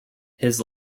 his